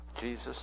Jesus